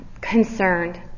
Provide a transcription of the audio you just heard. concerned